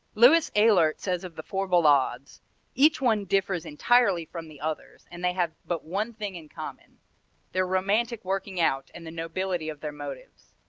louis ehlert says of the four ballades each one differs entirely from the others, and they have but one thing in common their romantic working out and the nobility of their motives.